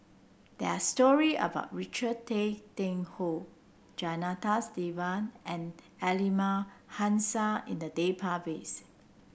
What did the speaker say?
there are story about Richard Tay Tian Hoe Janadas Devan and Aliman Hassan in the database